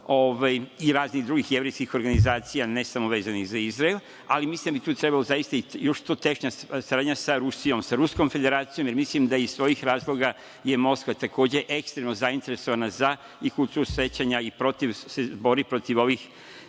i raznih drugih jevrejskih organizacija, ne samo vezanih za Izrael, ali mislim da bi tu trebala još tešnja saradnja sa Rusijom, sa Ruskom Federacijom, jer mislim da iz svojih razloga je Moskva takođe eksterno zainteresovana za kulturu sećanja i bori se protiv ovih